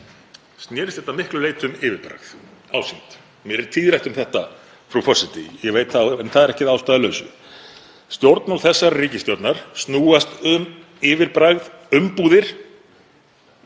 snerist miklu leyti um yfirbragð, ásýnd. Mér er tíðrætt um þetta, frú forseti, ég veit það, en það er ekki að ástæðulausu. Stjórnmál þessarar ríkisstjórnar snúast um yfirbragð, umbúðir,